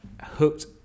hooked